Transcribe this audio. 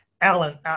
Alan